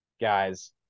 guys